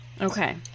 Okay